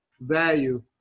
value